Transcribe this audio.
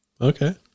okay